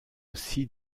aussi